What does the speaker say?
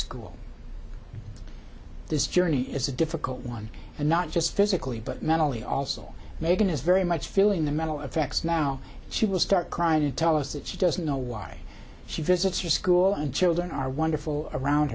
school this journey is a difficult one and not just physically but mentally also megan is very much feeling the mental effects now she will start crying to tell us that she doesn't know why she visits your school and children are wonderful around